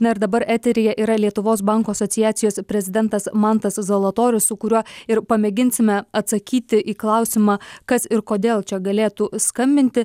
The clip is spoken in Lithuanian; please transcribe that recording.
na ir dabar eteryje yra lietuvos bankų asociacijos prezidentas mantas zalatorius su kuriuo ir pamėginsime atsakyti į klausimą kas ir kodėl čia galėtų skambinti